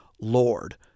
Lord